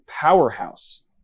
powerhouse